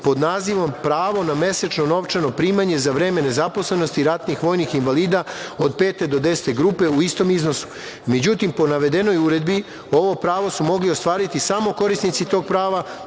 pod nazivom „pravo na mesečno novčano primanje za vreme nezaposlenosti ratnih vojnih invalida od pete do desete grupe u istom iznosu“. Međutim, po navedenoj uredbi ovo pravo su mogli ostvariti samo korisnici tog prava